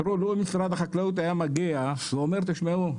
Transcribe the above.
תראו לו משרד החקלאות היה מגיע ואומר 'תשמעו,